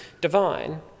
divine